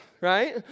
Right